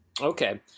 Okay